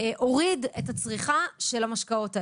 הוריד את הצריכה של המשקאות האלה.